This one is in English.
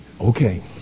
Okay